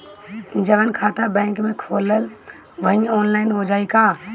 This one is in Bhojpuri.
जवन खाता बैंक में खोलम वही आनलाइन हो जाई का?